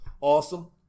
Awesome